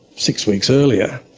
six weeks earlier.